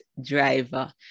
driver